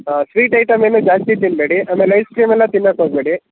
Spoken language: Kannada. ಹಾಂ ಸ್ವೀಟ್ ಐಟೆಮ್ ಏನು ಜಾಸ್ತಿ ತಿನ್ನಬೇಡಿ ಆಮೇಲೆ ಐಸ್ ಕ್ರೀಮೆಲ್ಲ ತಿನ್ನೋಕ್ ಹೋಗ್ಬೇಡಿ